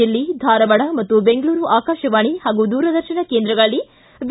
ದಿಲ್ಲಿ ಧಾರವಾಡ ಮತ್ತು ಬೆಂಗಳೂರು ಆಕಾಶವಾಣಿ ಹಾಗೂ ದೂರದರ್ಶನ ಕೇಂದ್ರಗಳಲ್ಲಿ ವಿ